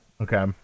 Okay